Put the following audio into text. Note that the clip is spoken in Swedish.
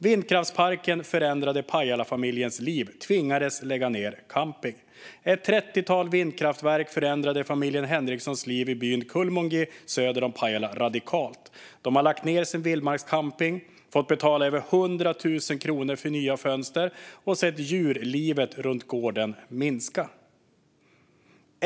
"Vindkraftsparken förändrade Pajalafamiljens liv - tvingades lägga ner camping. Ett 30-tal vindkraftverk förändrade familjen Henrikssons liv i byn Kulmungi, söder om Pajala, radikalt. De har lagt ned sin vildmarkscamping, fått betala över hundratusen kronor för nya fönster och sett djurlivet runt gården minska.